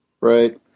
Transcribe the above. Right